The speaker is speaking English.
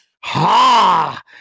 Ha